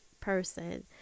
person